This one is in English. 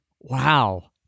wow